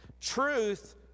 Truth